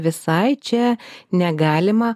visai čia negalima